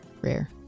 Rare